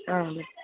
అవును